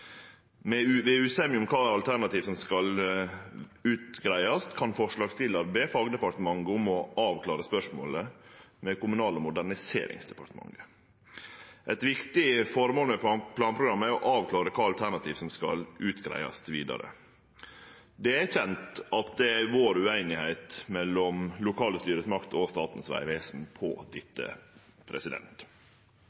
Ved usemje om kva alternativ som skal greiast ut, kan forslagsstillar be fagdepartementet om å avklare spørsmålet, som er Kommunal- og moderniseringsdepartementet. Eit viktig formål med planprogrammet er å avklare kva alternativ som skal greiast ut vidare. Det er kjent at det har vore ueinigheit mellom lokale styresmakter og Statens vegvesen